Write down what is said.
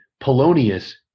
Polonius